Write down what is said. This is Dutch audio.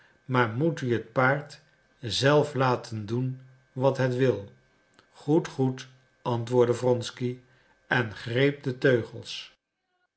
maar moet u het paard zelf laten doen wat het wil goed goed antwoordde wronsky en greep de teugels